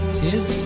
tis